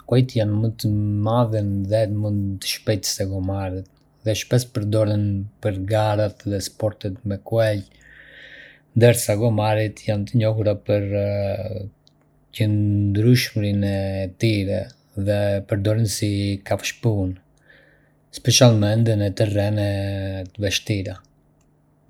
Kuajt janë më të mëdhenj dhe më të shpejtë se gomarët, dhe shpesh përdoren për garat dhe sportet me kuaj, ndërsa gomarët janë të njohur për qëndrueshmërinë e tyre dhe përdoren si kafshë pune, specialmente në terrene të vështira.